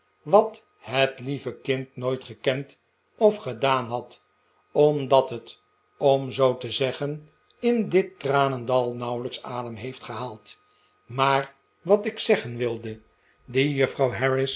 wat het lieve kind nooit gekend of gedaan had omdat het om zoo te zeggen in dit tranendal nauwelijks adem heeft gehaald maar wat ik zeggen wilde die